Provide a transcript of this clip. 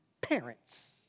parents